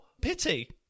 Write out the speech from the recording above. pity